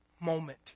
moment